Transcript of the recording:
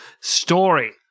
story